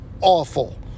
awful